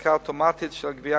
בהפסקה אוטומטית של הגבייה,